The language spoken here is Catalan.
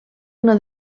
una